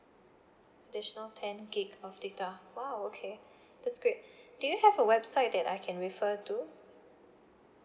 additional ten gigabyte of data !wow! okay that's great do you have a website that I can refer to